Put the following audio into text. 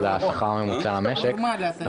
מה שפורסם בינואר 2020. נכון,